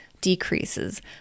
decreases